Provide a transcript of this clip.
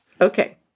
Okay